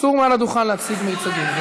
אסור מעל הדוכן להציג מיצגים.